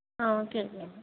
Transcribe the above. ఒక కేజీయండి